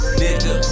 nigga